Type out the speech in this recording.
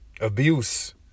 Abuse